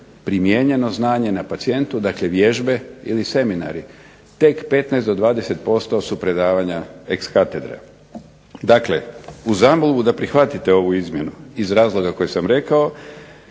primijenjeno znanje na pacijentu, dakle vježbe ili seminari, tek 15 do 20% su predavanja iz katedre. Dakle, uz zamolbu da prihvatite ovu izmjenu iz razloga koje sam rekao